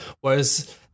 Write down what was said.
Whereas